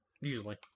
usually